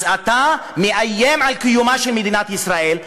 אז אתה מאיים על קיומה של מדינת ישראל,